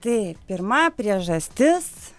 tai pirma priežastis